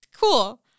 cool